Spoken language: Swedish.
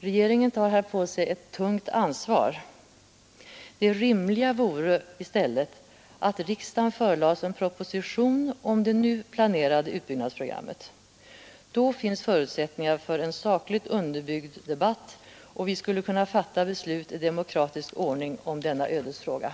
Regeringen tar här på sig ett tungt ansvar. Det rimliga vore i stället att riksdagen förelades en proposition om det nu planerade utbyggnadsprogrammet. Då funnes förutsättningar för en sakligt underbyggd debatt, och vi skulle kunna fatta beslut om denna ödesfråga i demokratisk ordning.